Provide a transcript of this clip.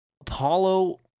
Apollo